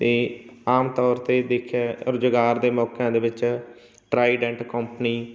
ਅਤੇ ਆਮ ਤੌਰ 'ਤੇ ਦੇਖਿਆ ਰੁਜ਼ਗਾਰ ਦੇ ਮੌਕਿਆਂ ਦੇ ਵਿੱਚ ਟਰਾਈਡੈਂਟ ਕੰਪਨੀ